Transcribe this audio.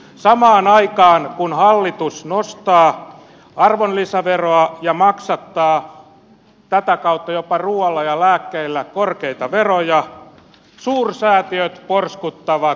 samaan aikaan kun hallitus nostaa arvonlisäveroa ja maksattaa tätä kautta jopa ruualla ja lääkkeillä korkeita veroja suursäätiöt porskuttavat verovapaina